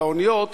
על האוניות,